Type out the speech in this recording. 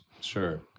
Sure